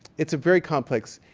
it's a very complex.